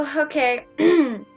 okay